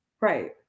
Right